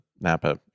Napa